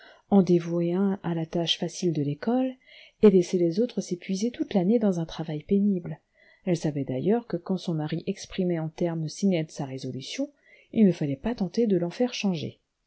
en dévouer un à la tâche facile de l'école et laisser les autres s'épuiser toute l'année dans un travail pénible elle savait d'ailleurs que quand son mari exprimait en termes si nets sa résolution il ne fallait pas tenter de l'en faire changer